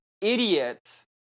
idiots